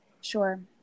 sure